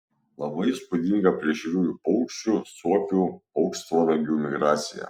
labai įspūdinga plėšriųjų paukščių suopių paukštvanagių migracija